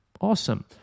Awesome